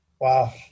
Wow